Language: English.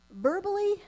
verbally